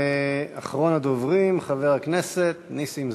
ואחרון הדוברים, חבר הכנסת נסים זאב.